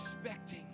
expecting